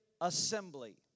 assembly